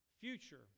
future